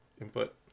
input